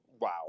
wow